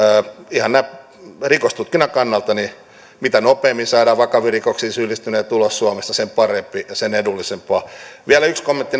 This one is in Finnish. ihan näin rikostutkinnan kannalta mitä nopeammin saadaan vakaviin rikoksiin syyllistyneet ulos suomesta sen parempi ja sen edullisempaa vielä yksi kommentti